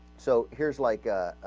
so here's like ah. ah.